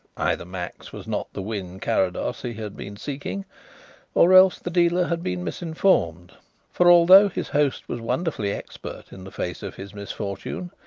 either max was not the wynn carrados he had been seeking or else the dealer had been misinformed for although his host was wonderfully expert in the face of his misfortune,